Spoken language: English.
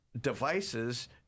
devices